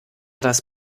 das